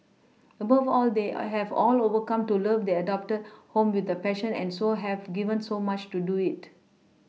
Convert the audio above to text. above all they I have all over come to love their adopted home with a passion and so have given so much to do it